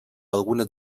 algunes